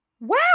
Wow